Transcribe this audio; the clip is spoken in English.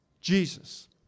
jesus